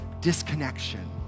disconnection